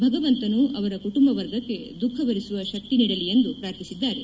ಭಗವಂತನು ಅವರ ಕುಟುಂಬ ವರ್ಗಕ್ಕೆ ದುಖ ಭರಿಸುವ ಶಕ್ತಿ ನೀಡಲಿ ಎಂದು ಅವರು ಪ್ರಾರ್ಥಿಸಿದ್ದಾರೆ